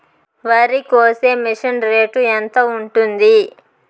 వరికోసే machine rate ఎంత ఉంటుంది?